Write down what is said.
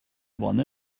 one